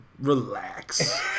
Relax